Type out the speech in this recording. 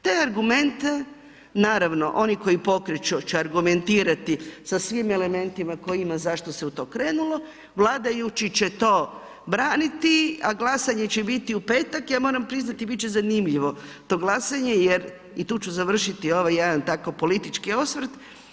Te argumente, naravno oni koji pokreću će argumentirati sa svim elementima koje ima zašto se u to krenulo, vladajući će to braniti, a glasanje će biti u petak i ja moram priznati bit će zanimljivo to glasanje i tu ću završiti ovaj jedan tako politički osvrt.